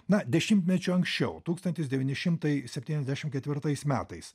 na dešimtmečiu anksčiau tūkstantis devyni šimtai septyniasdešim ketvirtais metais